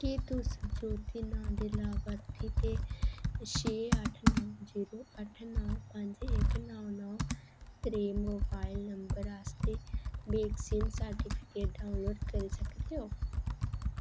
केह् तुस जोती नांऽ दे लाभार्थी ते छे अट्ठ नौ जीरो अट्ठ नौ पंज इक नौ नौ त्रै मोबाइल नंबर आस्तै वेक्सीन सर्टिफिकेट डाउनलोड करी सकदे ओ